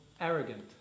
arrogant